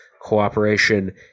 cooperation